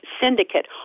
Syndicate